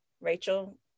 Rachel